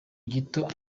gito